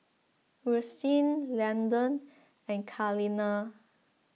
Rustin Landen and Kaleena